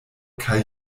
kaj